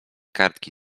kartki